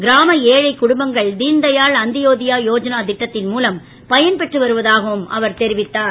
கிராம ஏழைக் குடும்பங்கள் தீன்தயாள் அந்தியோதியா யோத்னா திட்டத்தின் மூலம் பயன்பெற்று வருவதாகவும் அவர் தெரிவித்தார்